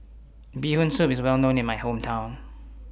Bee Hoon Soup IS Well known in My Hometown